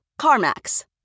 CarMax